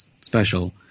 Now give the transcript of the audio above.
special